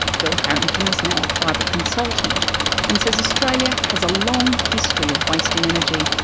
phil harrington is now a private consultant and says australia has a long history of wasting energy.